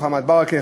מוחמד ברכה,